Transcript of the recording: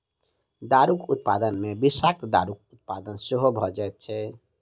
दारूक उत्पादन मे विषाक्त दारूक उत्पादन सेहो भ जाइत छै